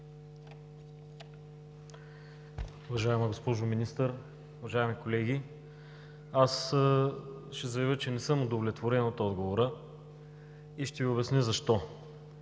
Уважаема госпожо Министър, уважаеми колеги! Ще заявя, че не съм удовлетворен от отговора и ще Ви обясня защо.